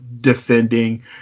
defending